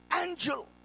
angel